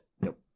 Nope